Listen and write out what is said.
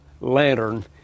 lantern